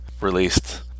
released